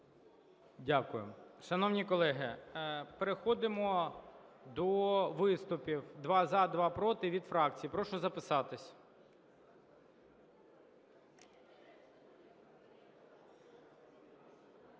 Дякую. Шановні колеги, переходимо до виступів: два – за, два – проти - від фракцій. Прошу записатись.